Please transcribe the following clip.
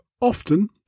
often